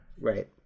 Right